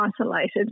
isolated